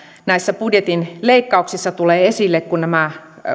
näissä budjetin leikkauksissa tulee esille kun nämä